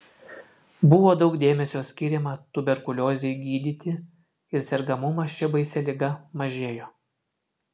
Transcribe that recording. buvo daug dėmesio skiriama tuberkuliozei gydyti ir sergamumas šia baisia liga mažėjo